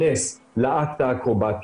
שיצא מהוועדה האת.